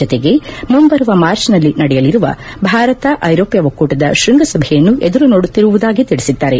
ಜತೆಗೆ ಮುಂಬರುವ ಮಾರ್ಚ್ನಲ್ಲಿ ನಡೆಯಲಿರುವ ಭಾರತ ಐರೋಪ್ಯ ಒಕ್ಕೂಟದ ಶೃಂಗಸಭೆಯನ್ನು ಎದುರು ನೋಡುತ್ತಿರುವುದಾಗಿ ತಿಳಿಸಿದ್ದಾರೆ